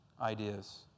ideas